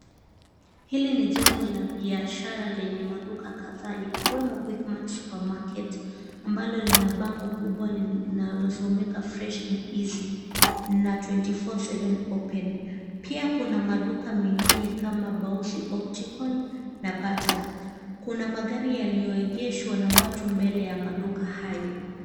Hili ni jengo la biashara lenye maduka kadhaa likiwemo Quickmatt Supermarket, ambalo lina bango kubwa linalosomeka Fresh and Easy na 24 hours Open pia kuna maduka mengine kama Baus Optical na Bata. Kuna magari yalioegeshwa na watu mbele ya maduka hayo.